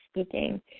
speaking